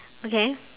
okay